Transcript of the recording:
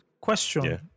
question